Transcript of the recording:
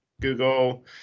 Google